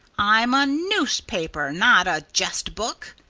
i'm a newspaper not a jest-book,